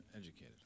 educated